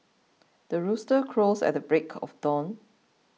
the rooster crows at the break of dawn